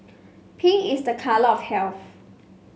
pink is the colour of health